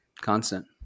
constant